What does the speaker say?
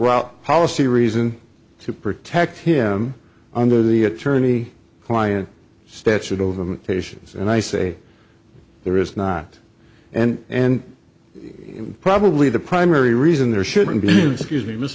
route policy reason to protect him under the attorney client statute of limitations and i say there is not and and probably the primary reason there shouldn't be an excuse me m